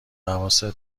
حواست